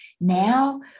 Now